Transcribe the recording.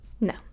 No